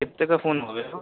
کتنے کا فون ہوٮٔے گا